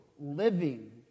living